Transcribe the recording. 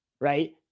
right